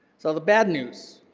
so, the bad news.